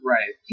Right